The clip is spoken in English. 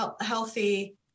healthy